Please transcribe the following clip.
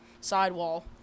sidewall